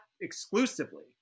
exclusively